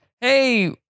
hey